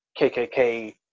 kkk